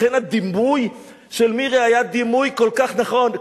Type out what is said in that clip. לכן הדימוי של מירי היה דימוי כל כך נכון.